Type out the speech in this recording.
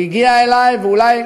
הוא הגיע אלי, ואולי